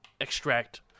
extract